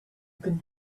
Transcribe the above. can